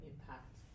impact